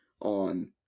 on